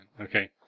Okay